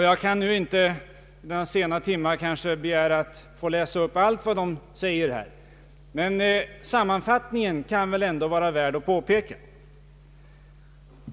Jag vill vid denna sena timme inte läsa upp allt vad som sägs i skrivelsen, men sammanfattningen kan väl vara värd att återges.